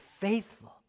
faithful